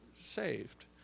saved